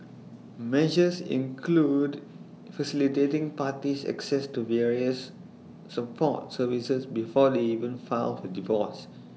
measures include facilitating parties access to various support services before they even file for divorce